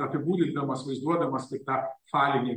apibūdindamas vaizduodamas kaip tą falinį